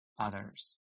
others